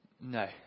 no